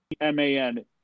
M-A-N